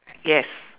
yes